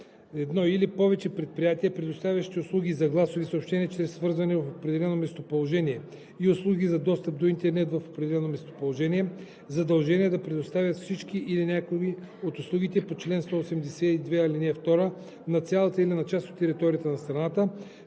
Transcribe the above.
едно или повече предприятия, предоставящи услуги за гласови съобщения чрез свързване в определено местоположение и услуги за достъп до интернет в определено местоположение, задължения да предоставят всички или някои от услугите по чл. 182, ал. 2 на цялата или на част от територията на страната